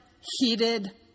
Heated